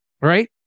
right